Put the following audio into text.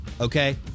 okay